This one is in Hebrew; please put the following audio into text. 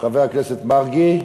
חבר הכנסת מרגי,